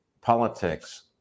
politics